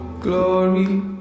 Glory